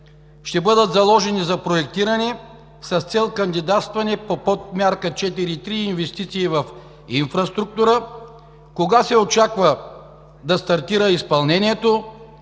ще бъдат заложени за проектиране с цел кандидатстване по Подмярка 4.3 „Инвестиции в инфраструктура“? Кога се очаква да стартира изпълнението?